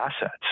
assets